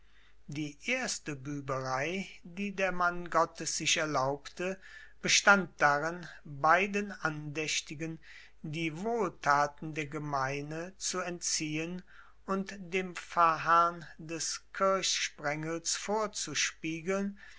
die erste büberei die der mann gottes sich erlaubte bestand darin beiden andächtigen die wohltaten der gemeine zu entziehen und dem pfarrherrn des kirchsprengels vorzuspiegeln